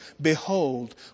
Behold